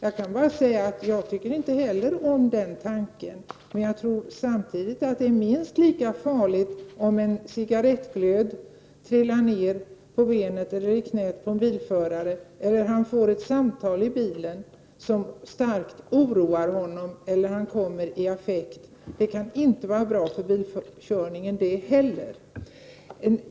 Inte heller jag tycker om den tanken, men jag tror det är minst lika farligt om cigarettglöd trillar ned på benet eller i knät på bilföraren eller om han får ett samtal som oroar honom och gör att han kommer i affekt.